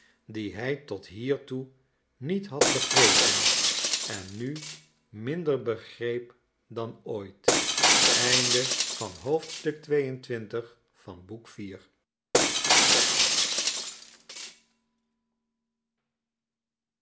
die hij tot hiertoe niet had begrepen en nu minder begreep dan ooit